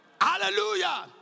Hallelujah